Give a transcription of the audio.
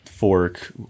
fork